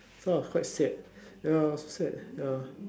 so I was quite sad ya so sad ya